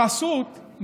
החסות,